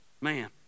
man